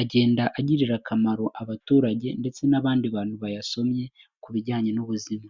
agenda agirira akamaro abaturage ndetse n'abandi bantu bayasomye ku bijyanye n'ubuzima.